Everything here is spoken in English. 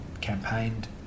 campaigned